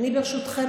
ברשותכם,